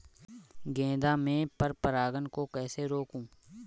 गेंदा में पर परागन को कैसे रोकुं?